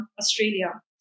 Australia